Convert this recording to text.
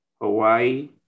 Hawaii